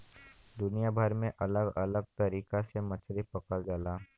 दुनिया भर में अलग अलग तरीका से मछरी पकड़ल जाला